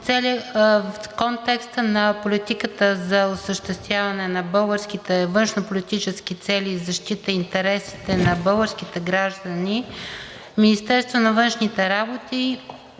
В контекста на политиката за осъществяване на българските външнополитически цели и защита интересите на българските граждани Министерството на външните работи